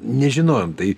nežinojom tai